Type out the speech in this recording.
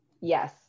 Yes